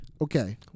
Okay